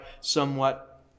somewhat